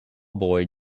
boy